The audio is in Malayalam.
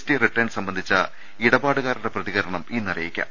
ടി റിട്ടേൺ സംബ ന്ധിച്ച ഇടപാടുകാരുടെ പ്രതികരണം ഇന്ന് അറിയിക്കാം